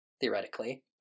theoretically